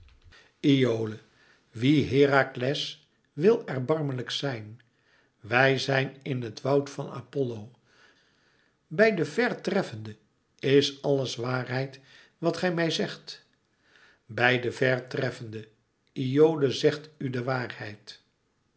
iole wie herakles wil erbarmelijk zijn wij zijn in het woud van apollo bij den vèr treffende is alles waarheid wat gij mij zegt bij den vèr treffende iole zegt u de waarheid